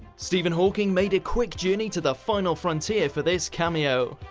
stephen hawking made a quick journey to the final frontier for this cameo.